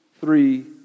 three